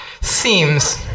seems